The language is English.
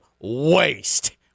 waste